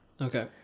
Okay